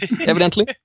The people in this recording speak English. evidently